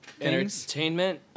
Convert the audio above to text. entertainment